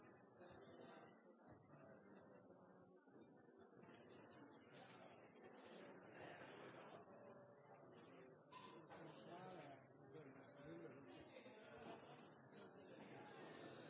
det er